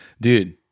dude